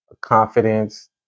confidence